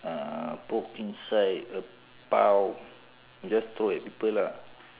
uh poke inside a palm you just throw at people lah